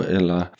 Eller